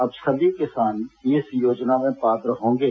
अब सभी किसान इस योजना में पात्र होंगे